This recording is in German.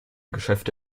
geschäfte